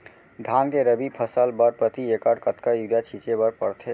धान के रबि फसल बर प्रति एकड़ कतका यूरिया छिंचे बर पड़थे?